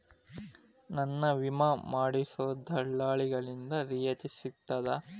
ನನ್ನ ವಿಮಾ ಮಾಡಿಸೊ ದಲ್ಲಾಳಿಂದ ರಿಯಾಯಿತಿ ಸಿಗ್ತದಾ?